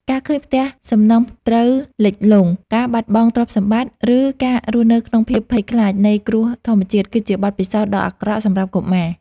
ការឃើញផ្ទះសម្បង់ត្រូវលិចលង់ ការបាត់បង់ទ្រព្យសម្បត្តិ ឬការរស់នៅក្នុងភាពភ័យខ្លាចនៃគ្រោះធម្មជាតិ គឺជាបទពិសោធន៍ដ៏អាក្រក់សម្រាប់កុមារ។